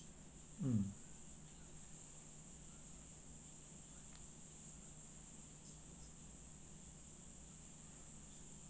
mm